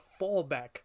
fallback